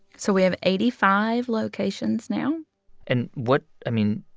so we have eighty five locations now and what i mean,